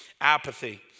Apathy